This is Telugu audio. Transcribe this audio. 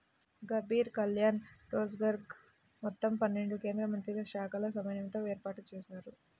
గరీబ్ కళ్యాణ్ రోజ్గర్ మొత్తం పన్నెండు కేంద్రమంత్రిత్వశాఖల సమన్వయంతో ఏర్పాటుజేశారు